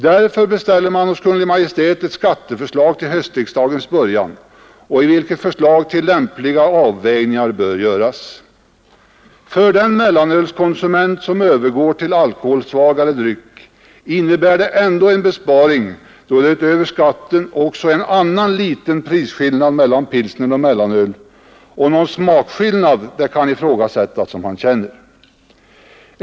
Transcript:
Därför beställer man hos Kungl. Maj:t ett skatteförslag till höstriksdagens början, i vilket lämpliga avvägningar bör göras. För den mellanölskonsument som övergår till alkoholsvagare dryck innebär det ändå en besparing, då det utöver skatten också är en annan liten prisskillnad mellan pilsner och mellanöl. Och det kan ifrågasättas om han känner någon smakskillnad.